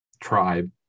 tribe